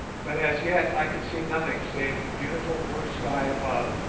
but as yet i could see nothing save the beautiful blue sky above,